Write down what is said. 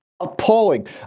Appalling